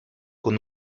con